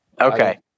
Okay